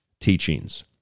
Teachings